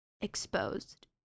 Exposed